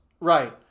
Right